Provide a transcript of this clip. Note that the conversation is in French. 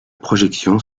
projection